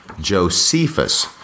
Josephus